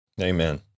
Amen